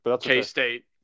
K-State